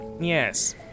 Yes